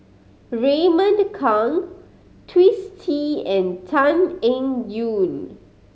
Raymond Kang Twisstii and Tan Eng Yoon